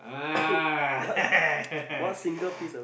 ah